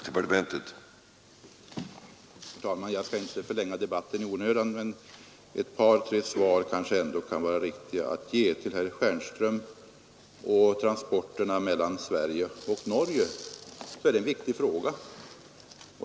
Herr talman! Jag skall inte i onödan förlänga debatten, men ett par tre svar kan det kanske ändå vara riktigt att ge. Först till herr Stjernström och transporterna mellan Sverige och Norge. Det är en viktig fråga.